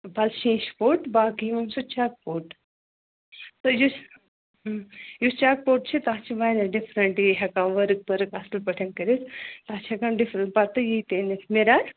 پَتہٕ شیٖشہِ پوٚٹ باقٕے یوان سُہ چتھ پوٚٹ تہٕ یُس یُس چک پوٚٹ چھِ تَتھ چھِ واریاہ ڈِفرَنٛٹ یہِ ہٮ۪کان ؤرٕک پٔرٕک اَصٕل پٲٹھۍ کٔرِتھ تَتھ چھِ ہٮ۪کان ڈِفرنٹ پَتہٕ یہِ تہِ أنِتھ مِرَر